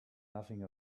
nothing